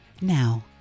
Now